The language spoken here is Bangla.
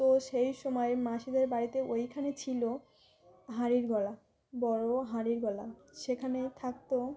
তো সেই সময় মাসিদের বাড়িতে ওইখানে ছিল হাঁড়ির গলা বড়ো হাঁড়ির গলা সেখানে থাকতো